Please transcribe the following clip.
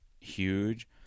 huge